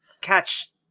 catch